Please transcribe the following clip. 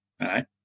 Right